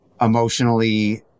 emotionally